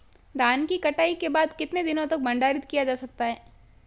धान की कटाई के बाद कितने दिनों तक भंडारित किया जा सकता है?